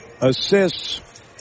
Assists